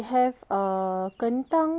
can buy one plate for me